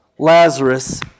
Lazarus